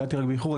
הגעתי באיחור.